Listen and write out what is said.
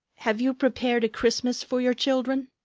have you prepared a christmas for your children?